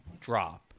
drop